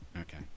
Okay